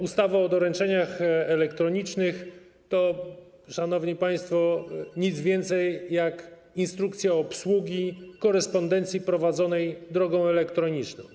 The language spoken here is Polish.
Ustawa o doręczeniach elektronicznych to, szanowni państwo, nic więcej jak instrukcja obsługi korespondencji prowadzonej drogą elektroniczną.